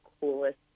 coolest